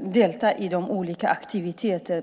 delta i olika aktiviteter.